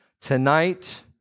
tonight